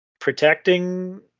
Protecting